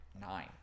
nine